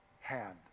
hand